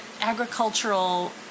agricultural